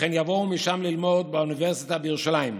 וכן יבואו משם ללמוד באוניברסיטה בירושלים,